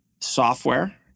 software